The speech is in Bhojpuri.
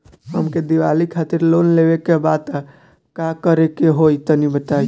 हमके दीवाली खातिर लोन लेवे के बा का करे के होई तनि बताई?